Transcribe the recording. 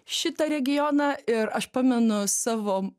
šitą regioną ir aš pamenu savo